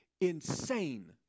insane